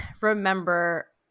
remember